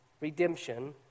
redemption